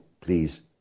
please